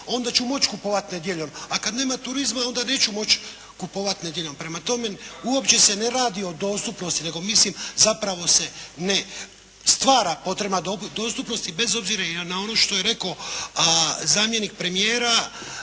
onda ću moći kupovati nedjeljom, a kada nema turizma onda neću moći kupovati nedjeljom. Prema tome uopće se ne radi o dostupnosti nego mislim zapravo se ne stvara potrebna dostupnost i bez obzira na ono što je rekao zamjenik premijera,